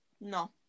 No